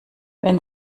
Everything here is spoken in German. wenn